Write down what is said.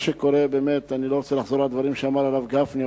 אני לא רוצה לחזור על הדברים שאמר הרב גפני,